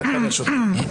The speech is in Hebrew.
דקה לרשותך.